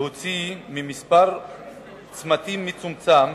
להוציא מספר צמתים מצומצם,